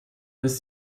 ist